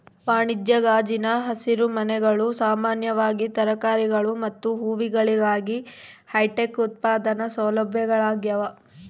ವಾಣಿಜ್ಯ ಗಾಜಿನ ಹಸಿರುಮನೆಗಳು ಸಾಮಾನ್ಯವಾಗಿ ತರಕಾರಿಗಳು ಮತ್ತು ಹೂವುಗಳಿಗಾಗಿ ಹೈಟೆಕ್ ಉತ್ಪಾದನಾ ಸೌಲಭ್ಯಗಳಾಗ್ಯವ